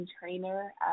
trainer